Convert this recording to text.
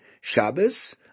Shabbos